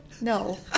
no